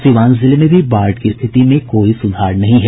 सीवान जिले में भी बाढ़ की स्थिति में कोई सुधार नहीं है